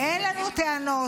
אין לנו טענות.